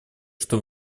что